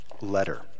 letter